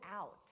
out